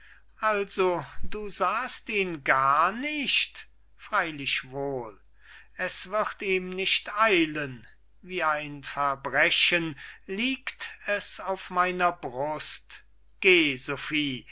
gewesen also du sahst ihn gar nicht freilich wohl es wird ihm nicht eilen wie ein verbrechen liegt es auf meiner brust geh